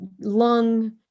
lung